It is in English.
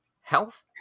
health